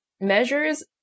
measures